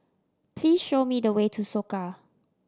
please show me the way to Soka